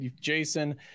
Jason